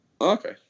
Okay